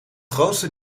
grootste